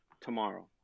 tomorrow